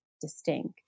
distinct